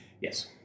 Yes